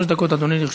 אדוני, לרשותך.